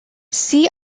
sea